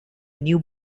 new